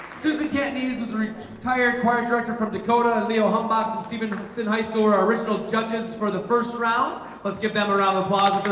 susan cantonese is retired choir director from dakota and leo heung boks of stevenson high school original judges for the first round let's give them a round of applause